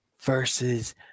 versus